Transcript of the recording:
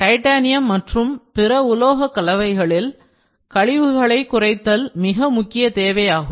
titanium மற்றும் பிற உலோகக் கலவைகளில் கழிவுகளை குறைத்தல் மிக முக்கிய தேவையாகும்